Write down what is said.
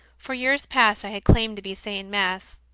for years past i had claimed to be saying mass,